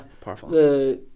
powerful